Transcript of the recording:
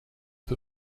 peu